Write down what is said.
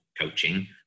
coaching